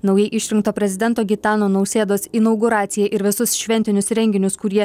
naujai išrinkto prezidento gitano nausėdos inauguraciją ir visus šventinius renginius kurie